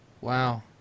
Wow